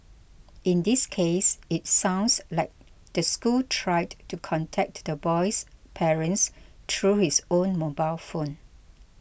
in this case it sounds like the school tried to contact the boy's parents through his own mobile phone